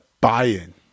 buy-in